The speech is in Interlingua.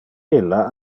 illa